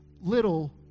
little